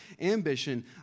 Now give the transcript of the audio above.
ambition